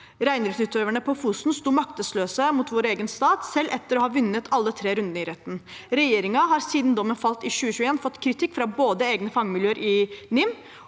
Reindriftsutøverne på Fosen sto maktesløse mot vår egen stat, selv etter å ha vunnet alle tre runder i retten. Regjeringen har, siden dommen falt i 2021, fått kritikk fra både egne fagmiljøer i NIM